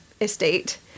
estate